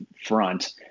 front